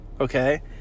okay